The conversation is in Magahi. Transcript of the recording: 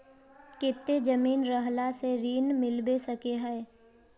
केते जमीन रहला से ऋण मिलबे सके है?